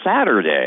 Saturday